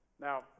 Now